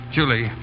Julie